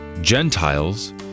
Gentiles